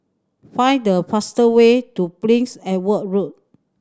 find the fastest way to Prince Edward Road